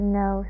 no